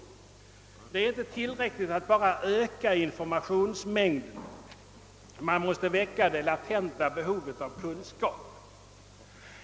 Det är inte tillräckligt att bara öka informationsmängden, man måste väcka det latenta behovet av kunskap.